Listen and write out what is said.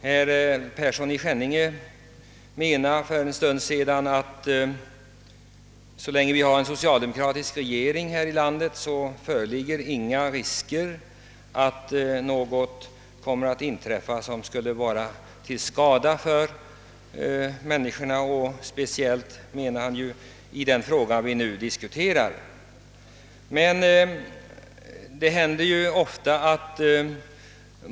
Herr Persson i Skänninge sade för en stund sedan att så länge vi har en socialdemokratisk regering här i landet föreligger ingen risk för att sådant som kan vara till skada för medborgarna inträffar. Speciellt gäller detta den fråga vi nu diskuterar. Detta sätter jag i tvivelsmål.